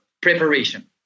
Preparation